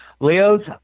Leo's